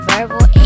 Verbal